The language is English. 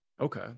okay